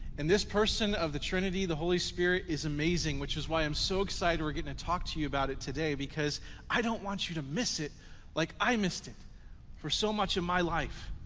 and this person of the trinity, the holy spirit is amazing, which is why i'm so excited we're gonna talk to you about today, because i don't want you to miss it like i missed it for so much of my life.